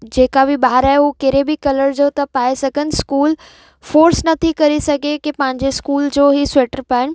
जे का बि ॿार आहे हू कहिड़े बि कलर जो था पाए सघनि स्कूल फ़ोर्स न थी करे सघे कि पंहिंजे स्कूल जो ई स्वेटर पाइनि